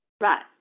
Right